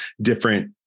different